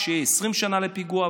כשיהיו 20 שנה לפיגוע,